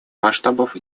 масштабов